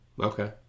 Okay